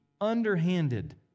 underhanded